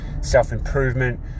self-improvement